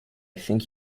think